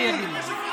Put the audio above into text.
התוצאה,